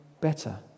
better